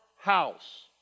house